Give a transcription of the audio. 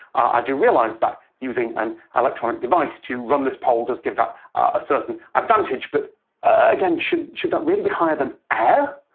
i do realise that using an electronic device to run this poll does give that a certain advantage, but again, should should that really be higher than air?